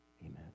Amen